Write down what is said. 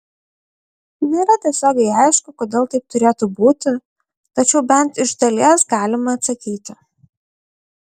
nėra tiesiogiai aišku kodėl taip turėtų būti tačiau bent iš dalies galima atsakyti